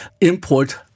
import